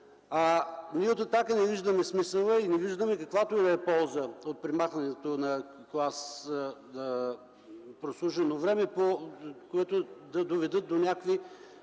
Ние от „Атака” не виждаме смисъл и каквато и да е полза от премахването на клас „прослужено време”, което да доведе до някакви